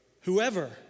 whoever